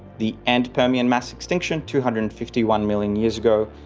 the end-permian mass extinction two hundred and fifty one million years ago,